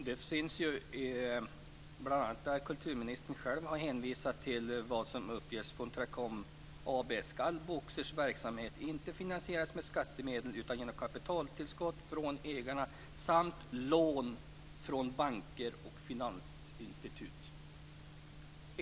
Herr talman! Bl.a. lär kulturministern själv ha hänvisat till vad som uppges från Teracom AB - att Boxers verksamhet inte ska finansieras med skattemedel utan genom kapitaltillskott från ägarna samt lån från banker och finansinstitut.